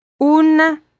Un